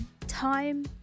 time